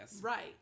Right